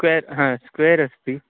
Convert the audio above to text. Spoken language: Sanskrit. स्क्वेर् हा स्क्वेर् अस्ति